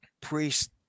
Priest